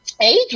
age